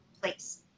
place